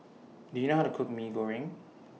Do YOU know How to Cook Mee Goreng